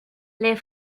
les